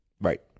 Right